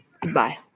Goodbye